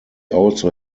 also